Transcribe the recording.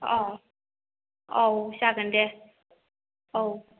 अह औ जागोन दे औ